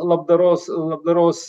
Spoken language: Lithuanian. labdaros labdaros